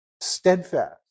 steadfast